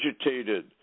agitated